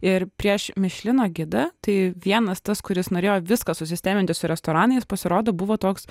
ir prieš michelino gidą tai vienas tas kuris norėjo viską susisteminti su restoranais pasirodo buvo toks